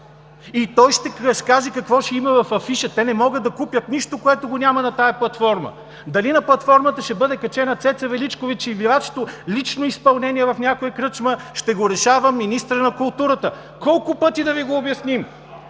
Той ще каже какво ще има в афиша. Те не могат да купят нищо, което няма на тази платформа. Дали на платформата ще бъде качена Цеца Величкович, или Вашето лично изпълнение в някоя кръчма, ще решава министърът на културата. Колко пъти да Ви го обясним?